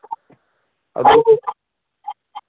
ꯑꯗꯨ